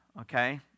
Okay